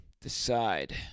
decide